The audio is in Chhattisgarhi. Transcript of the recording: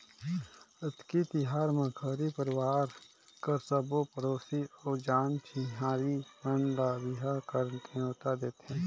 अक्ती तिहार म घरी परवार कर सबो पड़ोसी अउ जान चिन्हारी मन ल बिहा कर नेवता देथे